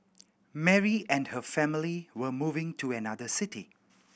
Mary and her family were moving to another city